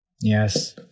Yes